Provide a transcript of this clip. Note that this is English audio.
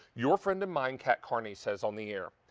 your friend and mine, kat kearney, says on the air,